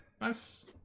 nice